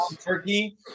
turkey